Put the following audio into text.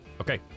Okay